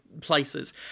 places